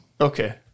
Okay